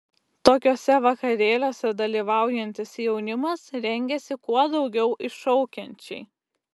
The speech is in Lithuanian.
tokiuose vakarėliuose dalyvaujantis jaunimas rengiasi kuo daugiau iššaukiančiai